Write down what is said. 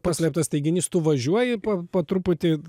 paslėptas teiginys tu važiuoji po po truputį